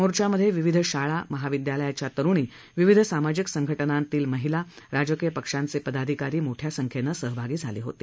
मोर्चामधे विविध शाळा महाविद्यालयाच्या तरुणी विविध सामाजिक संघटनांच्या महिला राजकीय पक्षांचे पदाधिकारी मोठ्या संख्येनं सहभागी झाले होते